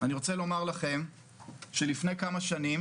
אני רוצה לומר לכם שלפני כמה שנים